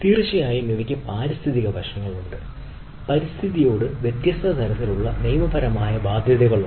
തീർച്ചയായും പാരിസ്ഥിതിക വശങ്ങളുണ്ട് പരിസ്ഥിതിയോട് വ്യത്യസ്ത തരത്തിലുള്ള നിയമപരമായ ബാധ്യതകളുണ്ട്